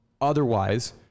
otherwise